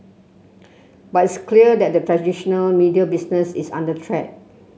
but it's clear that the traditional media business is under threat